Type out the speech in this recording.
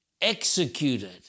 executed